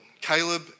Caleb